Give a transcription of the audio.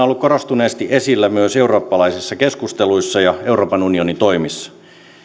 ollut korostuneesti esillä myös eurooppalaisessa keskustelussa ja euroopan unionin toimissa